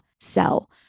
sell